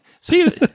See